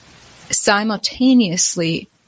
simultaneously